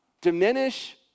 diminish